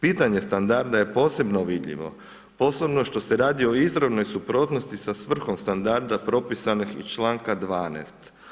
Pitanje standarda je posebno vidljivo, posebno štose radi o izravnoj suprotnosti sa svrhom standarda propisanih iz članka 12.